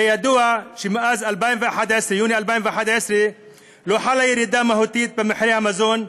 הרי ידוע שמאז יוני 2011 לא חלה ירידה מהותית במחירי המזון,